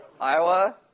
Iowa